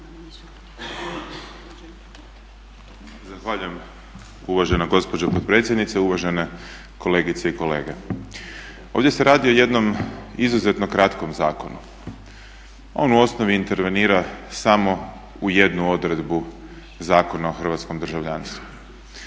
Zahvaljujem uvažena gospođo potpredsjednice. Uvažene kolegice i kolege. Ovdje se radi o jednom izuzetno kratkom zakonu. On u osnovi intervenira samo u jednu odredbu Zakona o hrvatskom državljanstvu.